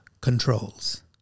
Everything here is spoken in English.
controls